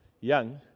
young